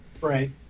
Right